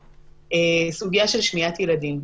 סוגיה של שמיעת ילדים.